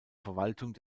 verwaltung